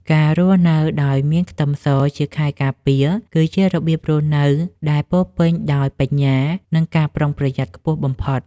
ការរស់នៅដោយមានខ្ទឹមសជាខែលការពារគឺជារបៀបរស់នៅដែលពោរពេញដោយបញ្ញានិងការប្រុងប្រយ័ត្នខ្ពស់បំផុត។